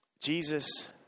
Jesus